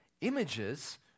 images